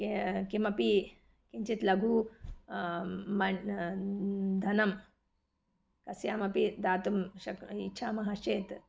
के किमपि किञ्चित् लघु मण् धनं कस्यामपि दातुं शक्यम् इच्छामः चेत्